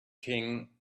king